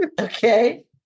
Okay